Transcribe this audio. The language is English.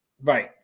right